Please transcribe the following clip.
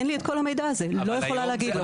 אין לי את כל המידע הזה, אני לא יכולה להגיד לו.